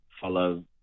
follow